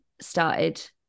started